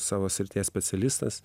savo srities specialistas